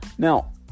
Now